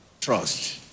Trust